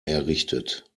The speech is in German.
errichtet